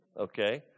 okay